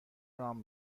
رام